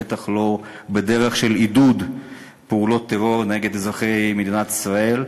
בוודאי לא בדרך של עידוד פעולות טרור נגד אזרחי מדינת ישראל,